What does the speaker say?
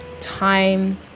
time